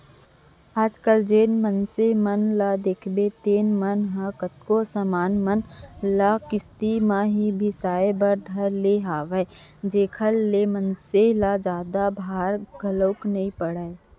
आज कल जेन मनसे मन ल देखबे तेन मन ह कतको समान मन ल किस्ती म ही बिसाय बर धर ले हवय जेखर ले मनसे ल जादा भार घलोक नइ पड़य